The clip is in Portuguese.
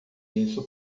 isso